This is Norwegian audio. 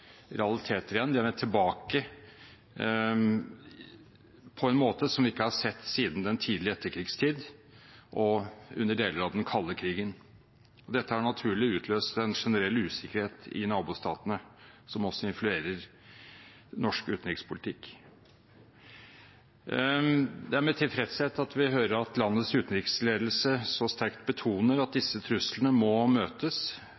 realiteter igjen. De har vendt tilbake på en måte som vi ikke har sett siden den tidlige etterkrigstid og under deler av den kalde krigen. Dette har naturlig utløst en generell usikkerhet i nabostatene, som også influerer norsk utenrikspolitikk. Det er med tilfredshet vi hører at landets utenriksledelse så sterkt betoner at disse truslene må møtes